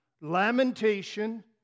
lamentation